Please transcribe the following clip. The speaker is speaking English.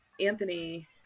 Anthony